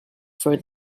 for